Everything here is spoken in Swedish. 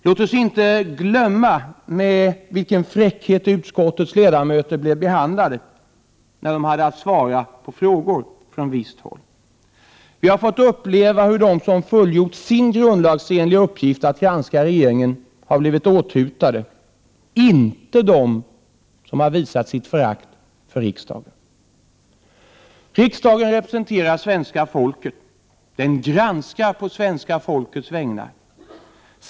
Låt oss inte glömma med vilken fräckhet utskottets ledamöter blev behandlade av människor som har haft att svara på frågor. Vi har fått uppleva hur de som har fullgjort sin grundlagsenliga uppgift att granska regeringen har blivit åthutade, inte de som har visat sitt förakt för riksdagen. Riksdagen representerar svenska folket. Den granskar på folkets vägnar.